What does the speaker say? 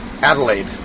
Adelaide